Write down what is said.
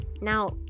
now